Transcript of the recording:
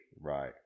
Right